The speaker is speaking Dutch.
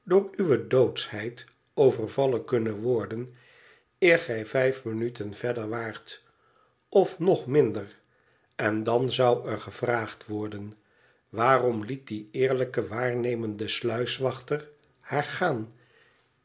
door uwe doodschheid overvallen kunnen worden eer gij vijf minuten verder waart of nog minder en dan zou er gevraagd worden waarom liet die eerlijke waarnemende sluiswachter haar gaan